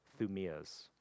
thumias